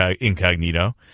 Incognito